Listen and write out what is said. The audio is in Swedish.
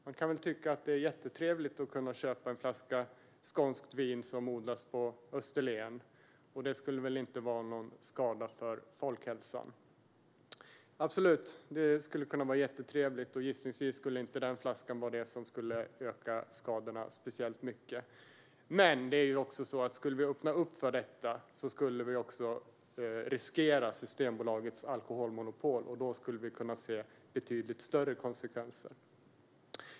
Man kan väl tycka att det är jättetrevligt att kunna köpa en flaska skånskt vin som odlas på Österlen, och det skulle väl inte innebära någon skada för folkhälsan? Absolut - det skulle kunna vara jättetrevligt. Och gissningsvis skulle inte denna flaska vara det som skulle öka skadorna speciellt mycket. Men om vi skulle öppna för gårdsförsäljning skulle vi också riskera Systembolagets alkoholmonopol, och då skulle vi kunna se betydligt större konsekvenser.